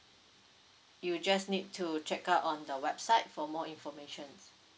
you just need to check out on the website for more information